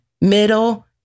middle